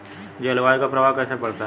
जलवायु का प्रभाव कैसे पड़ता है?